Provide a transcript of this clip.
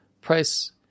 price